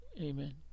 amen